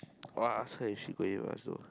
I want ask her if she going with us also